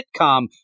sitcom